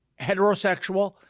heterosexual